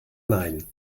nein